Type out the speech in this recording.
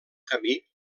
camí